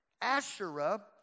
Asherah